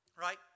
Right